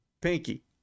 pinky